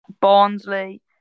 Barnsley